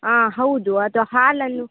ಆಂ ಹೌದು ಅದು ಹಾಲಲ್ಲೂ